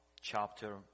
chapter